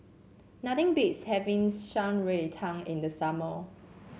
nothing beats having Shan Rui Tang in the summer